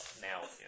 Now